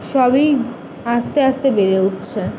সবই আস্তে আস্তে বেড়ে উঠছে